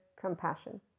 compassion